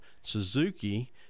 Suzuki